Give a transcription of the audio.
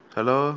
Hello